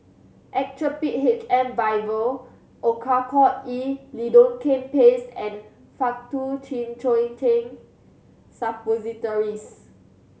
Actrapid H M Vial Oracort E Lidocaine Paste and Faktu Cinchocaine Suppositories